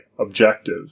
objective